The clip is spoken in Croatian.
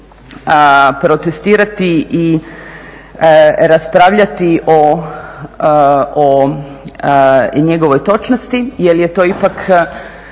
protestirati i raspravljati o njegovoj točnosti jer je to ipak